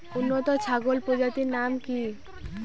উন্নত ছাগল প্রজাতির নাম কি কি?